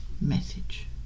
message